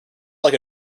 like